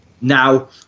Now